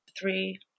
three